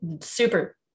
super